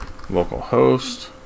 localhost